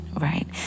right